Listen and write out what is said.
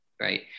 right